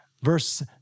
Verse